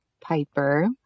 piper